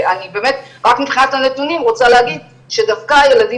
ורק מבחינת הנתונים אני רוצה להגיד שדווקא הילדים